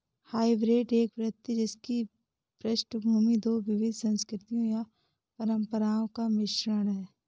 hybrid एक व्यक्ति जिसकी पृष्ठभूमि दो विविध संस्कृतियों या परंपराओं का मिश्रण है